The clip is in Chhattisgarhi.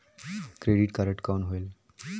क्रेडिट कारड कौन होएल?